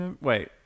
Wait